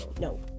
No